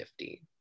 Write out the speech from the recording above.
50